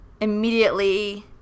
immediately